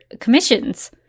commissions